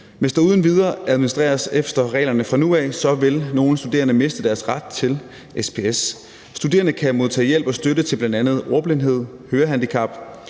Hvis der uden videre administreres efter reglerne fra nu af, vil nogle studerende miste deres ret til SPS. Studerende kan modtage hjælp og støtte ved bl.a. ordblindhed, hørehandicap,